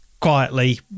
quietly